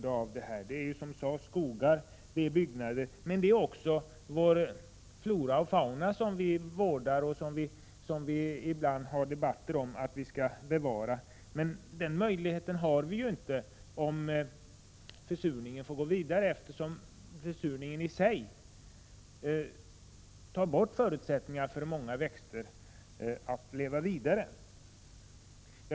Det är, som det redan har sagts, även skogar och byggnader. Men utsläppen drabbar även vår flora och fauna, som vi ibland i debatter säger oss vilja bevara. Men den möjligheten kommer vi inte att ha om försurningen får gå vidare, eftersom försurningen i sig tar bort förutsättningarna för många växter att leva vidare.